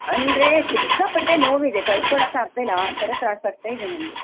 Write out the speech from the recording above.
ಅಂದರೆ ಸಿಕ್ಕಪಟ್ಟೆ ನೋವಿದೆ ತಡ್ಕೊಳಕ್ಕಾಗ್ತಾ ಇಲ್ಲ ಆ ಥರ ತ್ರಾಸು ಆಗ್ತಾ ಇದೆ ನನಗೆ